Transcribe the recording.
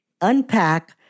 unpack